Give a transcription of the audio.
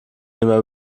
nimmer